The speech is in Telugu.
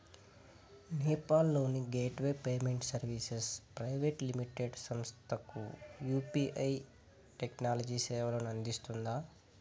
నేపాల్ లోని gateway payment services private limited సంస్థకు యు.పి.ఐ టెక్నాలజీ సేవలను అందిస్తుందా?